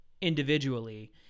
individually